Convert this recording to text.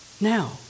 Now